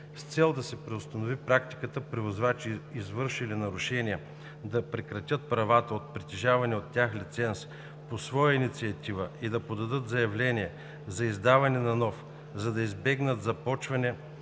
С цел да се преустанови практиката превозвачи, извършили нарушения, да прекратят правата от притежавания от тях лиценз по своя инициатива и да подадат заявление за издаване на нов, за да избегнат започване